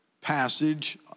passage